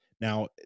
Now